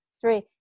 three